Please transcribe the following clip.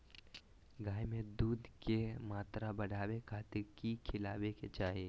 गाय में दूध के मात्रा बढ़ावे खातिर कि खिलावे के चाही?